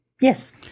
Yes